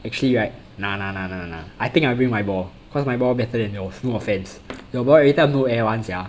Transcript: actually right nah nah nah nah nah I think I bring my ball cause my ball better than yours no offence your ball every time no air [one] sia